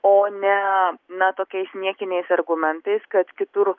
o ne na tokiais niekiniais argumentais kad kitur